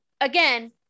again